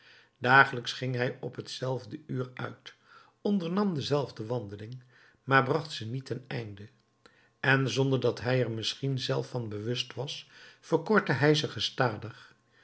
dagelijks ging hij op hetzelfde uur uit ondernam dezelfde wandeling maar bracht ze niet ten einde en zonder dat hij er misschien zelf van bewust was verkortte hij ze gestadig